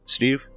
Steve